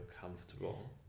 comfortable